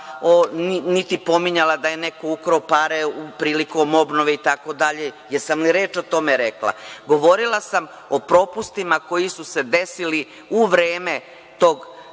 niti pominjala da je neko ukrao pare prilikom obnove itd. Jesam li reč o tome rekla? Govorila sam o propustima koji su se desili u vreme tog